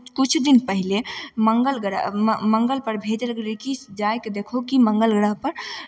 किछु दिन पहिले मङ्गल ग्रह म् मङ्गलपर भेजल गेलै कि जाय कऽ देखहो कि मङ्गल ग्रहपर